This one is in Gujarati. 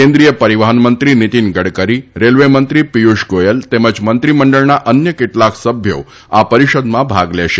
કેન્દ્રીય પરિવહન મંત્રી નીતિન ગડકરી રેલવેમંત્રી પિયુષ ગોયલ તેમજ મંત્રીમંડળના અન્ય કેટલાક સભ્યો આ પરિષદમાં ભાગ લેશે